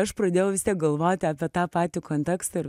aš pradėjau galvoti apie tą patį kontekstą ir